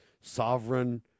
sovereign